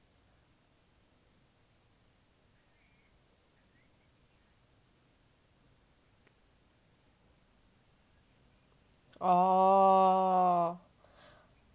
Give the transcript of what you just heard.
oh